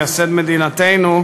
מייסד מדינתנו,